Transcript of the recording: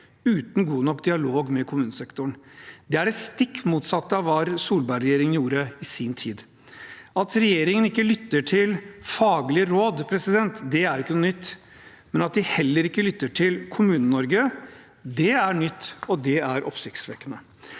uten god nok dialog med kommunesektoren. Det er det stikk motsatte av hva Solberg-regjeringen gjorde i sin tid. At regjeringen ikke lytter til faglige råd, er ikke noe nytt, men at de heller ikke lytter til Kommune-Norge, er nytt, og det er oppsiktsvekkende.